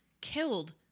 killed